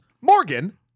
Morgan